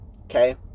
okay